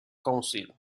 council